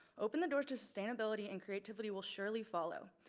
open the doors to sustainability and creativity will surely follow.